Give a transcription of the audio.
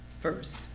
first